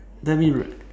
let me